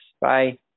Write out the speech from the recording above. Bye